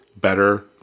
Better